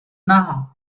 nara